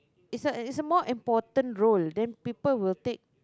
it's a it's a more important role then people will take